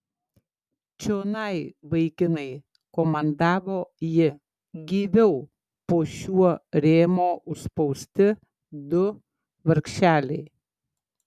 čionai vaikinai komandavo ji gyviau po šiuo rėmo užspausti du vargšeliai